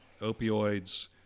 opioids